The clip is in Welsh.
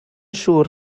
siŵr